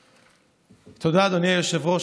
תודה, אדוני היושב-ראש.